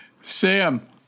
Sam